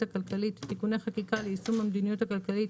הכלכלית (תיקוני חקיקה ליישום המדיניות הכלכלית